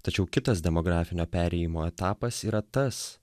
tačiau kitas demografinio perėjimo etapas yra tas